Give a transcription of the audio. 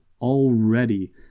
already